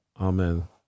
Amen